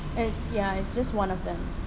it's ya it's just one of them